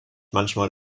manchmal